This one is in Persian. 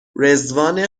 رضوان